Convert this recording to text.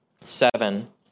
seven